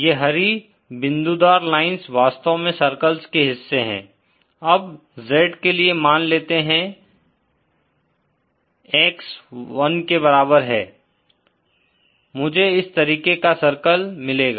ये हरी बिन्दुदार लाइन्स वास्तव में सर्कल्स के हिस्से हैं अब Z के लिए मान लेते हैं x 1 के बराबर है मुझे इस तरीके का सर्किल मिलेगा